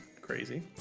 crazy